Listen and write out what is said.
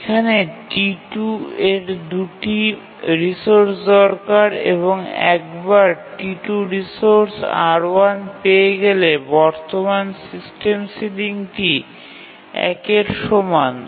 এখানে T2 এর ২ টি রিসোর্স দরকার এবং একবার T2 রিসোর্স R1 পেয়ে গেলে বর্তমান সিস্টেম সিলিংটি ১ এর সমান